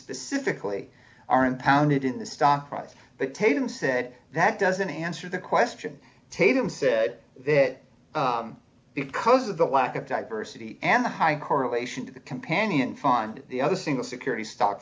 specifically are impounded in the stock price but taken said that doesn't answer the question tatum said that because of the lack of diversity and the high correlation to the companion fund the other single security stock